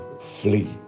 flee